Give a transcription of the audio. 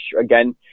again